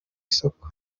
isoko